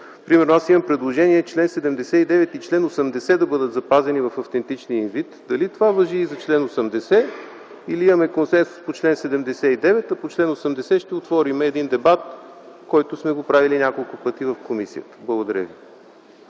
Примерно аз имам предложение чл. 79 и чл. 80 да бъдат запазени в автентичния им вид. Дали това важи и за чл. 80 или имаме консенсус по чл. 79, а по чл. 80 ще отворим дебат, който сме правили няколко пъти в комисията? Благодаря.